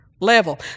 Level